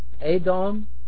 Edom